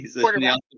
Quarterback